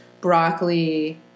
broccoli